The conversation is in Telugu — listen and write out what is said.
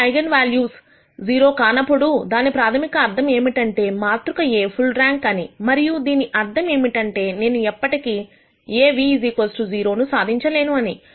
ఏ ఐగన్ వాల్యూస్ 0 కానప్పుడు దాని ప్రాథమిక అర్థం ఏమిటంటే మాతృక A ఫుల్ రాంక్ అని మరియు దీని అర్థం ఏమిటంటే నేను ఎప్పటికీ A ν 0 సాధించలేను అని